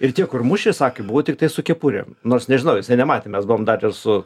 ir tie kur mušė sakė buvo tiktai su kepurėm nors nežinau jisai nematė mes buvom dar ir su